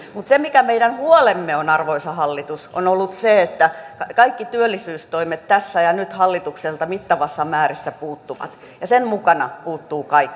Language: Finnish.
mutta se mikä meidän huolemme on ollut arvoisa hallitus on se että kaikki työllisyystoimet tässä ja nyt hallitukselta mittavassa määrässä puuttuvat ja sen mukana puuttuu kaikki